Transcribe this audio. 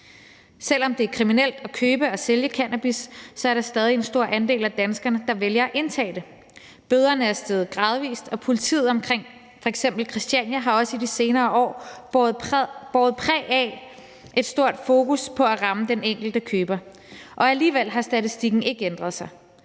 Selv om det er kriminelt at købe og sælge cannabis, er der stadig en stor andel af danskerne, der vælger at indtage det. Bøderne er steget gradvis, og politiet omkring f.eks. Christiania har også i de senere år båret præg af et stort fokus på at ramme den enkelte køber, og alligevel har statistikken ikke ændret sig,